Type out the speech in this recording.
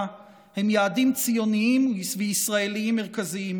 הם יעדים ציוניים וישראליים מרכזיים,